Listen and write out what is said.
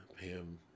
Pam